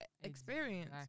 experience